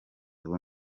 ubu